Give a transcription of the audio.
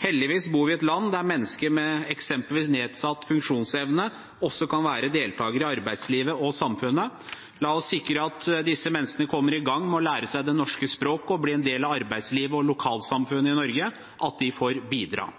Heldigvis bor vi i et land der mennesker med eksempelvis nedsatt funksjonsevne også kan være deltakere i arbeidslivet og samfunnet. La oss sikre at disse menneskene kommer i gang med å lære seg det norske språk og bli en del av arbeidslivet og lokalsamfunnet i Norge – at de får bidra.